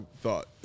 thought